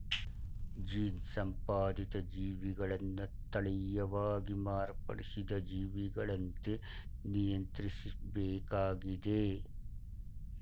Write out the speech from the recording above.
gene ಸಂಪಾದಿತ ಜೀವಿಗಳನ್ನ ತಳೀಯವಾಗಿ ಮಾರ್ಪಡಿಸಿದ ಜೀವಿಗಳಂತೆ ನಿಯಂತ್ರಿಸ್ಬೇಕಾಗಿದೆ